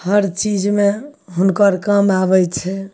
हर चीजमे हुनकर काम आबैत छै